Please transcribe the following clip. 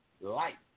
Light